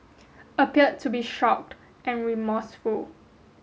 appeared to be shocked and remorseful